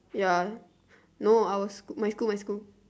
ya no I was my school my school